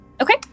Okay